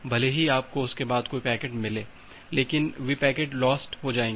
भले ही आपको उसके बाद कोई पैकेट मिले लेकिन वे पैकेट लॉस्ट हो जाएंगे